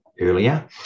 earlier